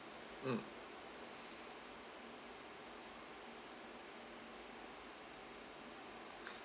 mm